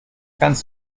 kannst